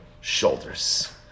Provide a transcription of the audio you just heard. shoulders